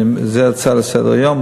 זאת הצעה לסדר-יום,